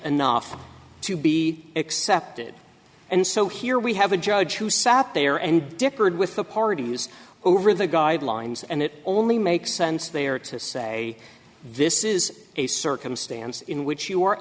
enough to be accepted and so here we have a judge who sat there and differed with the party news over the guidelines and it only makes sense they are to say this is a circumstance in which you